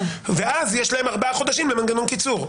אז יש להם ארבעה חודשים במנגנון קיצור.